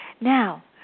Now